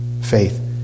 faith